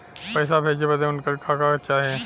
पैसा भेजे बदे उनकर का का चाही?